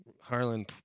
Harlan